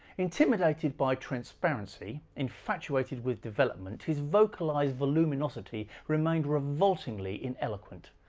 intimidated by transparency infatuated with development his vocalized voluminosity remained revoltingly ineloquent.